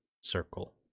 circle